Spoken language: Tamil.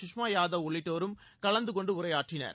சுஷ்மா யாதவ் உள்ளிட்டோரும் கலந்து கொண்டு உரையாற்றினர்